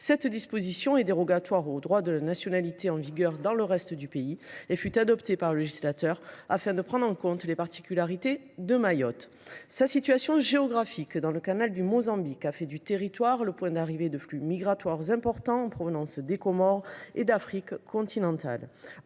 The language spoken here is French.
Cette disposition est dérogatoire au droit de la nationalité en vigueur dans le reste du pays. Elle a été votée par le législateur afin de prendre en compte les particularités de Mayotte. La situation géographique de l’île, située dans le canal du Mozambique, a fait de ce territoire le point d’arrivée de flux migratoires importants en provenance des Comores et d’Afrique continentale.